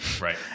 right